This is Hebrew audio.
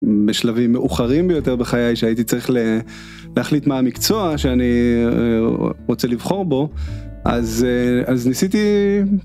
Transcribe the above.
בשלבים מאוחרים ביותר בחיי שהייתי צריך להחליט מה המקצוע שאני רוצה לבחור בו אז אז ניסיתי.